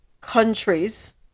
countries